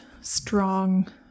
strong